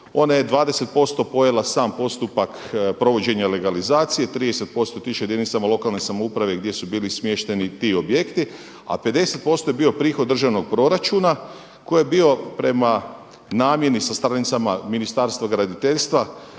Ona je 20 posto pojela sam postupak provođenja legalizacije. 30 posto otišlo je jedinicama lokalne samouprave gdje su bili smješteni ti objekti, a 50 posto je bio prihod državnog proračuna koji je bio prema namjeni sastavljen samo Ministarstvo graditeljstva,